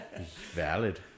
Valid